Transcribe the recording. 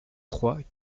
trois